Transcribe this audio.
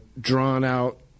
drawn-out